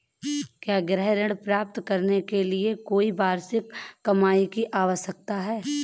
क्या गृह ऋण प्राप्त करने के लिए कोई वार्षिक कमाई की आवश्यकता है?